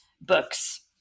books